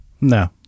No